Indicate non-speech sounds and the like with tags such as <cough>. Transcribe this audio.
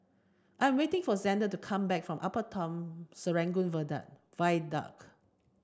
I am waiting for Zander to come back from Upper Town Serangoon <unintelligible> Viaduct